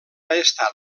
estat